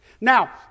Now